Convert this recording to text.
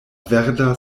verda